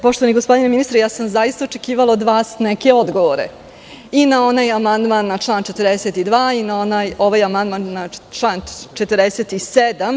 Poštovani gospodine ministre, od vas sam zaista očekivala neke odgovore, i na onaj amandman na član 42, i na ovaj amandman na član 47.